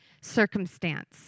circumstance